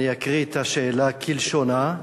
אני אקריא את השאלה כלשונה,